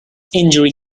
injury